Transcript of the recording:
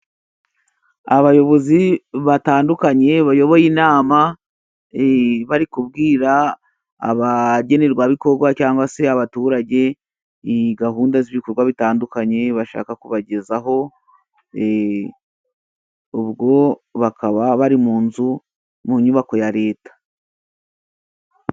Abayobozi batandukanye bayoboye inama, bari kubwira abagenerwabikogwa cyangwa se abaturage gahunda z'ibikogwa bitandukanye bashaka kubagezaho. Ubwo bakaba bari mu nzu, mu nyubako ya leta.